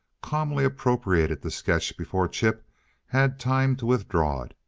calmly appropriated the sketch before chip had time to withdraw it,